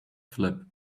flip